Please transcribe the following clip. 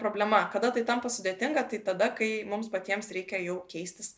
problema kada tai tampa sudėtinga tai tada kai mums patiems reikia jau keistis